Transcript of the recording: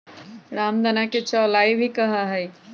रामदाना के चौलाई भी कहा हई